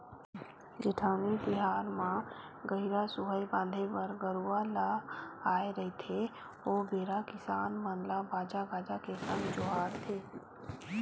जेठउनी तिहार म गहिरा सुहाई बांधे बर गरूवा ल आय रहिथे ओ बेरा किसान मन ल बाजा गाजा के संग जोहारथे